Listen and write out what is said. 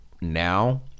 now